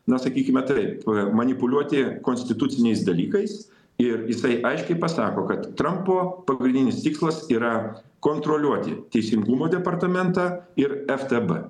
na sakykime taip manipuliuoti konstituciniais dalykais ir jisai aiškiai pasako kad trampo pagrindinis tikslas yra kontroliuoti teisingumo departamentą ir ftb